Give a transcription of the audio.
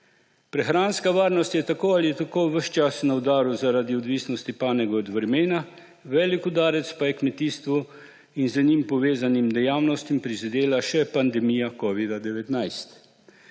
Prehranska varnost je tako ali tako ves čas na udaru zaradi odvisnosti panoge od vremena, velik udarec pa je kmetijstvu in z njim povezanim dejavnostim prizadela še pandemija covida-19.